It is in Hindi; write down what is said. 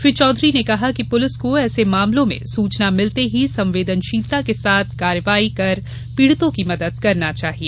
श्री चौधरी ने कहा कि पुलिस को ऐसे मामलों में सूचना मिलते ही संवेदनशीलता के साथ कार्यवाही कर पीड़ितों की मदद करना चाहिये